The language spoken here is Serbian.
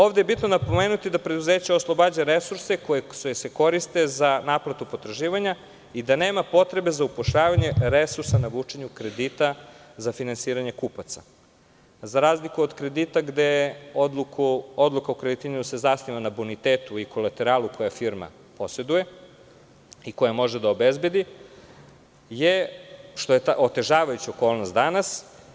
Ovde je bitno napomenuti da preduzeće oslobađa resurse koji se koriste za naplate potraživanja i da nema potrebe za upošljavanje resursa na vučenju kredita za finansiranje kupaca, za razliku od kredita gde se odluka o kreditiranju zasniva na bonitetu i kolateralu koje firma poseduje i koje može da obezbedi, što je otežavajuća okolnost danas.